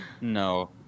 No